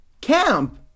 Camp